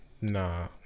nah